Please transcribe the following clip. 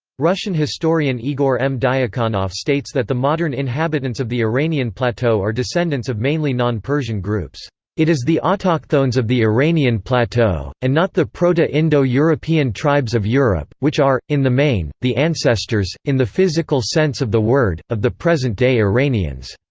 russian historian igor m. diakonoff states that the modern inhabitants of the iranian plateau are descendants of mainly non-persian groups it is the autochthones of the iranian plateau, and not the proto-indo-european tribes of europe, which are, in the main, the ancestors, in the physical sense of the word, of the present-day iranians.